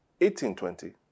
1820